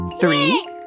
Three